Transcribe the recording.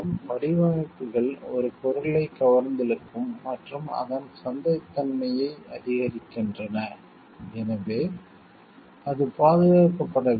வடிவமைப்புகள் ஒரு பொருளை கவர்ந்திழுக்கும் மற்றும் அதன் சந்தைத்தன்மையை அதிகரிக்கின்றன எனவே அது பாதுகாக்கப்பட வேண்டும்